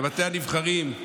בבתי הנבחרים של